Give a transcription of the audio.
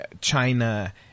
China